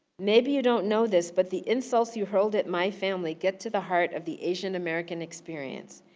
maybe you don't know this, but the insults you hurled at my family get to the heart of the asian american experience.